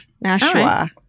Nashua